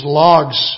logs